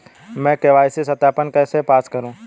मैं के.वाई.सी सत्यापन कैसे पास करूँ?